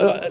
niin